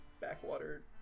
backwater